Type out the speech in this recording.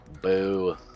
Boo